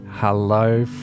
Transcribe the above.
Hello